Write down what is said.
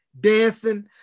dancing